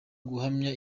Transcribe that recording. guhamya